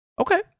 Okay